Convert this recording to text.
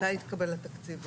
מתי יתקבל התקציב וכמה.